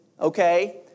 okay